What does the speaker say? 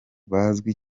bazwi